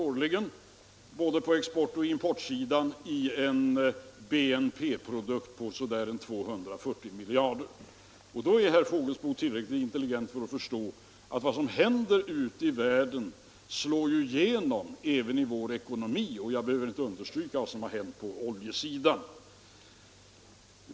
årligen på både exportoch importsidan i en bruttonationalprodukt på så där 240 miljarder. Då är herr Fågelsbo tillräckligt intelligent för att förstå att vad som händer ute i världen slår igenom även i vår ekonomi. Jag behöver inte understryka vad som har hänt på oljesidan.